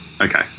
okay